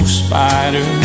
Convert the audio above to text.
spider